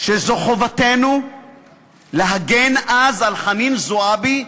שזו חובתנו להגן על חנין זועבי,